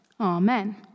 Amen